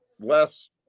less